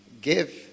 Give